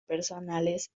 personales